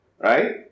right